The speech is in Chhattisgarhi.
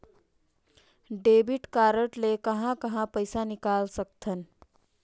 डेबिट कारड ले कहां कहां पइसा निकाल सकथन?